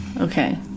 Okay